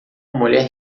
mulher